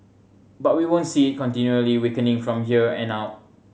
but we won't see it continually weakening from here an out